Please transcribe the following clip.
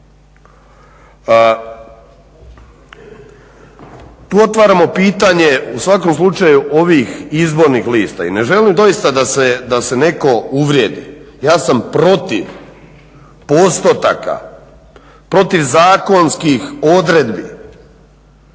Tu otvaramo pitanje u svakom slučaju ovih izbornih lista i ne želim doista da se netko uvrijedi. Ja sam protiv postotaka, protiv zakonskih odredbi.